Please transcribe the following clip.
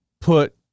put